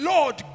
Lord